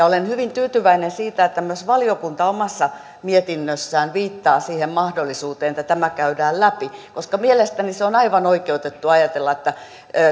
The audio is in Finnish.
olen hyvin tyytyväinen siitä että myös valiokunta omassa mietinnössään viittaa siihen mahdollisuuteen että tämä käydään läpi koska mielestäni on aivan oikeutettua ajatella että